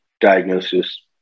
diagnosis